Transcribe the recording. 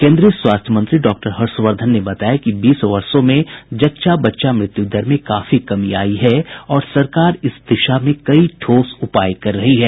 केन्द्रीय स्वास्थ्य मंत्री डॉक्टर हर्षवर्धन ने बताया कि बीस वर्षो में जच्चा बच्चा मृत्यु दर में काफी कमी आई है और सरकार इस दिशा में कई ठोस उपाय कर रही है